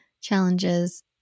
Challenges